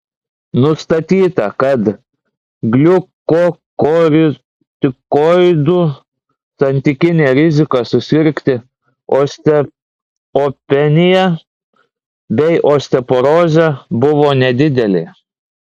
nustatyta kad gliukokortikoidų santykinė rizika susirgti osteopenija bei osteoporoze buvo nedidelė